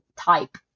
type